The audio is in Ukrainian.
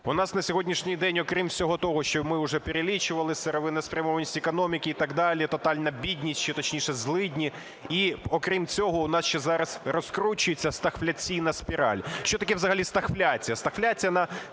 У нас на сьогоднішній день, окрім всього того, що ми уже перелічували: сировинна спрямованість економіки і так далі, тотальна бідність, ще точніше, злидні і, окрім цього, у нас ще зараз розкручується стагфляційна спіраль. Що таке взагалі стагфляція?